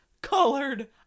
Colored